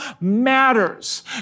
matters